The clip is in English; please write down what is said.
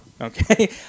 okay